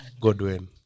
Godwin